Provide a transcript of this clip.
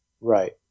Right